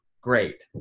great